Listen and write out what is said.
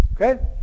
Okay